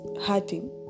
hurting